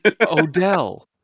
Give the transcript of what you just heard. Odell